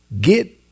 get